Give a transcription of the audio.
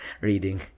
Reading